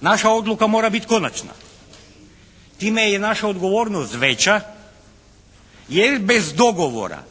Naša odluka mora biti konačna. Time je i naša odgovornost veća jer bez dogovora